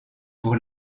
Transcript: pour